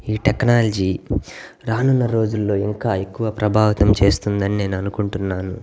ఈ టెక్నాలజీ రానున్న రోజుల్లో ఇంకా ఎక్కువ ప్రభావితం చేస్తుందని నేను అనుకుంటున్నాను